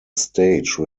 stage